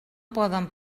poden